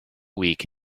week